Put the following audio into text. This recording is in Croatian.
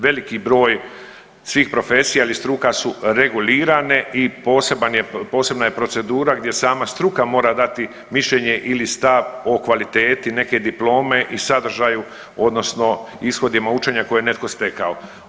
Veliki broj svih profesija ili struka su regulirane i poseban je, posebna je procedura gdje sama struka mora dati mišljenje ili sav o kvaliteti neke diplome i sadržaju odnosno ishodima učenja koje je netko stekao.